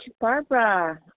Barbara